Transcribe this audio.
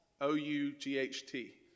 O-U-G-H-T